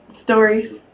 stories